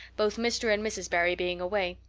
both mr. and mrs. barry being away.